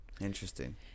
Interesting